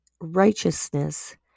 righteousness